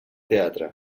teatre